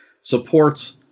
supports